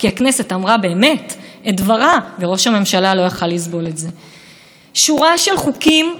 שורה של חוקים עברו במושב הקיץ האחרון שלא היה להם רוב אמיתי בציבור.